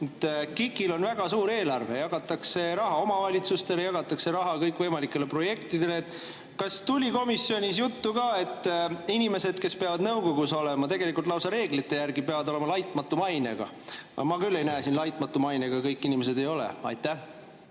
KIK-il on väga suur eelarve, jagatakse raha omavalitsustele, jagatakse raha kõikvõimalikele projektidele. Kas tuli komisjonis juttu ka, et inimesed, kes on nõukogus, tegelikult lausa reeglite järgi peavad olema laitmatu mainega? Ma küll ei näe siin seda, laitmatu mainega kõik inimesed ei ole. Aitäh!